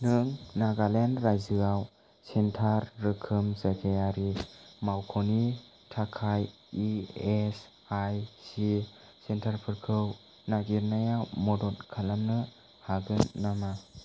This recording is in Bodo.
नों नागालेण्ड रायजोआव सेन्टार रोखोम जायगायारि मावख'नि थाखाय इएसआईसि सेन्टारफोरखौ नागिरनायाव मदद खालामनो हागोन नामा